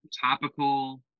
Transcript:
topical